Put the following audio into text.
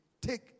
Take